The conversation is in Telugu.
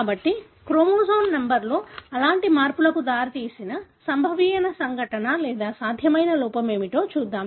కాబట్టి క్రోమోజోమ్ నంబర్లో అలాంటి మార్పులకు దారితీసిన సంభవనీయ సంఘటన లేదా సాధ్యమయ్యే లోపం ఏమిటో చూద్దాం